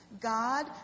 God